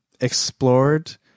explored